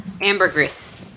Ambergris